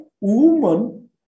woman